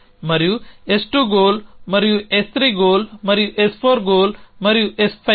మరియు S2 goal మరియు S3 goal మరియు S4 గోల్ మరియు S5 గోల్